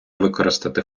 використати